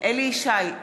אליהו ישי,